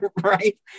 Right